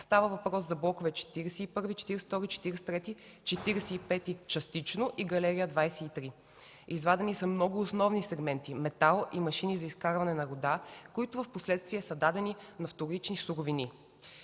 Става въпрос за блокове 41, 42, 43, 45 частично и галерия 23. Извадени са много основни сегменти – метал и машини за изкарване на руда, които впоследствие са дадени на „Вторични суровини”.